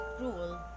rule